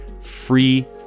free